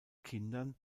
kindern